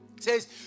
says